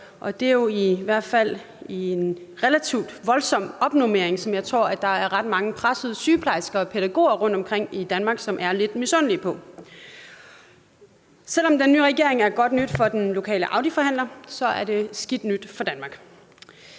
det er jo i hvert fald en relativt voldsom opnormering, som jeg tror der er ret mange pressede sygeplejersker og pædagoger rundtomkring i Danmark, som er lidt misundelige på. Selv om den nye regering er godt nyt for den lokale Audiforhandler, er den skidt nyt for Danmark.